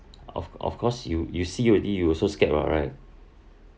of of course you you see already you also scared ah right